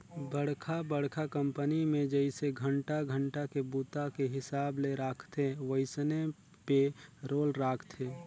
बड़खा बड़खा कंपनी मे जइसे घंटा घंटा के बूता के हिसाब ले राखथे वइसने पे रोल राखथे